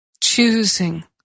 choosing